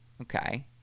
Okay